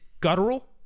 guttural